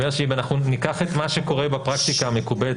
אם ניקח את מה שקורה בפרקטיקה המקובלת